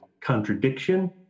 contradiction